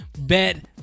Bet